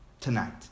Tonight